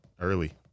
early